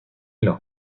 los